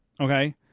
Okay